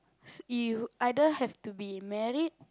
you either have to be married